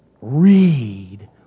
read